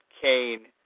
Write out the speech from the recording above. Kane